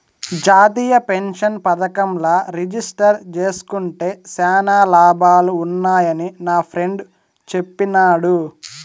జాతీయ పెన్సన్ పదకంల రిజిస్టర్ జేస్కుంటే శానా లాభాలు వున్నాయని నాఫ్రెండ్ చెప్పిన్నాడు